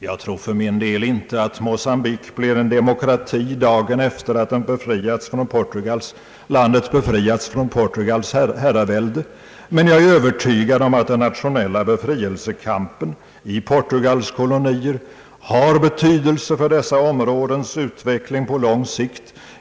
Jag tror för min del inte att Mocambique blir en demokrati dagen efter befrielsen från Portugals herravälde, men jag är övertygad om att den nationella befrielsekampen i Portugals kolonier har betydelse för dessa områdens utveckling på lång sikt.